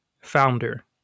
founder